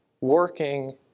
working